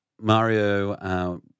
Mario